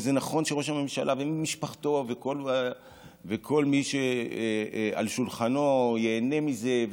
וזה נכון שראש הממשלה ומשפחתו וכל מי שעל שולחנו ייהנה מזה,